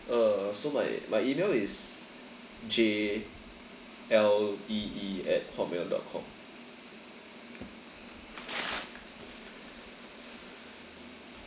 uh so my my email is J L E E at hotmail dot com